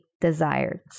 desired